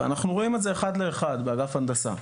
ואנחנו רואים את זה אחד לאחד באגף הנדסה,